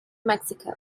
mexico